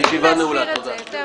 הישיבה נעולה, תודה.